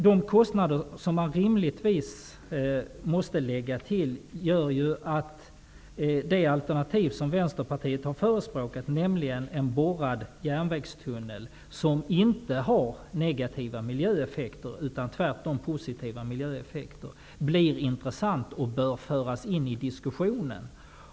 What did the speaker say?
De kostnader man rimligtvis måste lägga till gör att det alternativ som Vänsterpartiet har förespråkat, nämligen en borrad järnvägstunnel, som inte har negativa utan tvärtom positiva miljöeffekter, blir intressant och bör föras in i diskussionen.